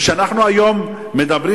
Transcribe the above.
וכשאנחנו היום מדברים,